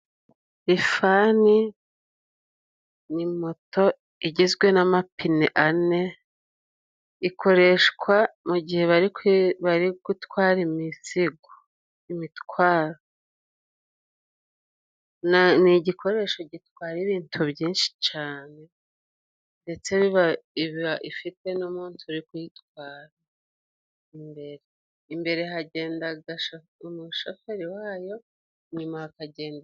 Rifani ni moto igizwe n'amapine ane, ikoreshwa mu gihe bari gutwara imizigo, imitwaro, ni igikoresho gitwara ibintu byinshi cyane, ndetse iba ifite n'umuntu uri kuyitwara, imbere hagenda umushoferi wayo, nyuma hakagenda....